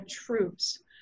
troops